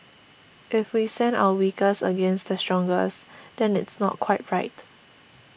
if we send our weakest against the strongest then it's not quite right